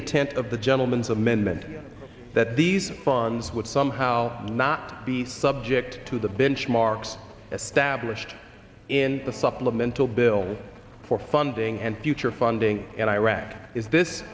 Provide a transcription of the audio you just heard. intent of the gentleman's amendment that these funds would somehow not be subject to the benchmarks established in the supplemental bill for funding and future funding at iraq is this